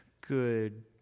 Good